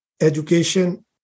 education